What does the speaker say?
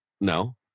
No